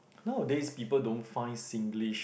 nowadays people don't find Singlish